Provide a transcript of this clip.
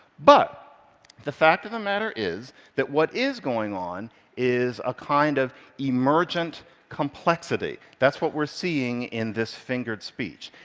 but the fact of the matter is that what is going on is a kind of emergent complexity. that's what we're seeing in this fingered speech.